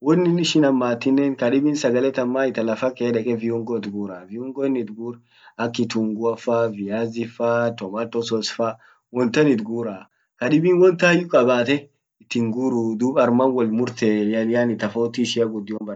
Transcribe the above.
won ishin hammatinen kadibin sagale tan man ita lafa kee dege viungo it guraa viungo in itgur ak kitungua fa viazi fa tomato sauce fa wontan itgura kadibin wontayu qabate itinguruu dub arman wolmurte yani tofauti ishia gudio bere tan kas jirtii.